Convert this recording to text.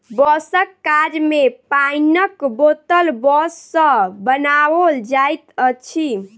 बाँसक काज मे पाइनक बोतल बाँस सॅ बनाओल जाइत अछि